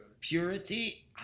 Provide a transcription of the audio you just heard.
purity